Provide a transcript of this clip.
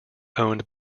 owned